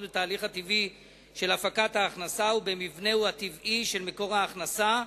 בתהליך הטבעי של הפקת ההכנסה ובמבנהו הטבעי של מקור ההכנסה,